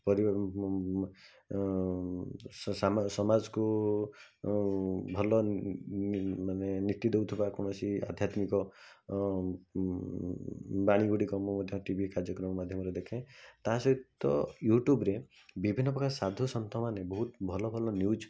ପରିବା ସମାଜକୁ ଭଲ ମାନେ ନିତି ଦେଉଥିବା କୌଣସି ଆଧ୍ୟାତ୍ମିକ ବାଣୀଗୁଡ଼ିକ ମୁଁ ମଧ୍ୟ ଟି ଭି କାର୍ଯ୍ୟକ୍ରମ ମାଧ୍ୟମରେ ଦେଖେ ତା' ସହିତ ୟୁଟ୍ୟୁବ୍ରେ ବିଭିନ୍ନ ପ୍ରକାର ସାଧୁସନ୍ଥମାନେ ବହୁତ ଭଲ ଭଲ ନ୍ୟୁଜ୍